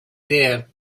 there